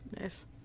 Nice